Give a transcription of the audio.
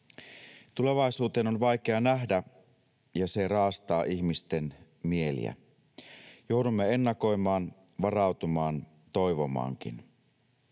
Tulevaisuuteen on vaikea nähdä, ja se raastaa ihmisten mieliä. Joudumme ennakoimaan, varautumaan, toivomaankin.